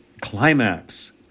climax